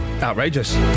Outrageous